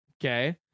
Okay